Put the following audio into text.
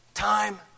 Time